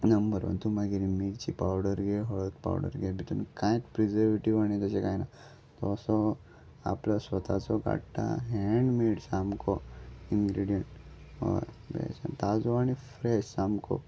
number one तूं मागीर मिर्ची पावडर घे हळद पावडर घे भितून कांयच प्रिझर्वेटीव आनी तशें कांय ना तो असो आपलो स्वताचो काडटा हँन्डमेड सामको इनग्रेडियंट हय बेश्ट ताजो आनी फ्रॅश सामको